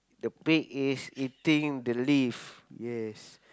the pig is eating the leaf yes